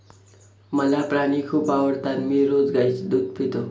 मला प्राणी खूप आवडतात मी रोज गाईचे दूध पितो